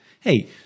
Hey